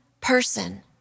person